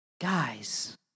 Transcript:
Guys